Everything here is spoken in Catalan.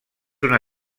una